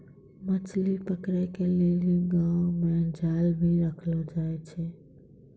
मछली पकड़े के लेली गांव मे जाल भी रखलो जाए छै